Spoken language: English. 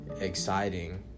exciting